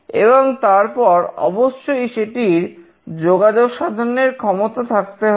এবং তারপর অবশ্যই সেটির যোগাযোগ সাধনের ক্ষমতা থাকতে হবে